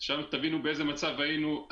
שם תבינו באיזה מצב היינו.